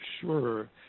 Sure